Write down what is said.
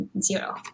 zero